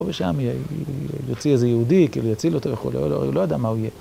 ושם יוציא איזה יהודי, כאילו יציל אותו וכולי, הוא לא יודע מה הוא יהיה.